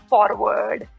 Forward